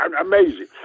Amazing